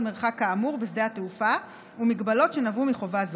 מרחק כאמור בשדה התעופה והגבלות שנבעו מחובה זו.